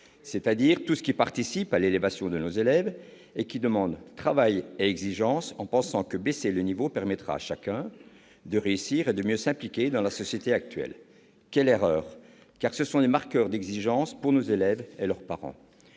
Bref, de tout ce qui participe à l'élévation de nos élèves en leur demandant travail et exigence. Ceux-là pensent que baisser le niveau permettra à chacun de réussir et de mieux s'impliquer dans la société actuelle ... Quelle erreur ! Ce qu'ils veulent supprimer, ce sont des marqueurs d'exigence pour nos élèves et leurs parents.